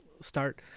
start